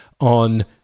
on